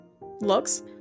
looks